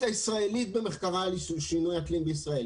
הישראלית במחקרה על שינויי אקלים בישראל.